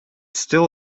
still